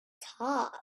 top